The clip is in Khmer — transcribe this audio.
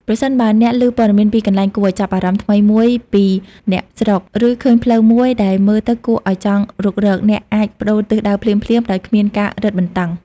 ប្រសិនបើអ្នកលឺព័ត៌មានពីកន្លែងគួរឱ្យចាប់អារម្មណ៍ថ្មីមួយពីអ្នកស្រុក ឬឃើញផ្លូវមួយដែលមើលទៅគួរឱ្យចង់រុករក អ្នកអាចប្តូរទិសដៅភ្លាមៗដោយគ្មានការរឹតបន្តឹង។